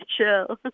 chill